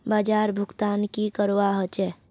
बाजार भुगतान की करवा होचे?